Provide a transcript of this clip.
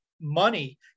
money